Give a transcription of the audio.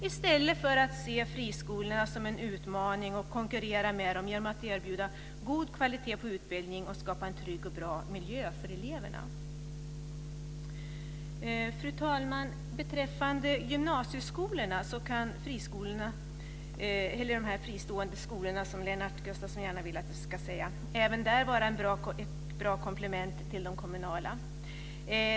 I stället kunde man se friskolorna som en utmaning och konkurrera med dem genom att erbjuda god kvalitet på utbildningen och skapa en trygg och bra miljö för eleverna. Fru talman! Beträffande gymnasieskolorna kan friskolorna - eller de fristående skolorna, som Lennart Gustavsson gärna vill att vi ska säga - även där vara ett bra komplement till de kommunala.